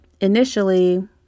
initially